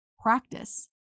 practice